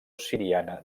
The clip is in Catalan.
siriana